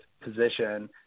position